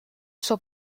suo